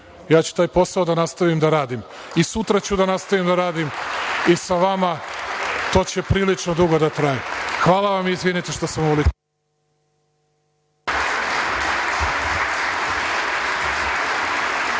Ja ću taj posao da nastavim da radim i sutra ću da nastavim da radim i sa vama. To će prilično dugo da traje. Hvala vam i izvinite što sam ovoliko…